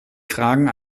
fragen